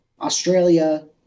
Australia